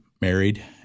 married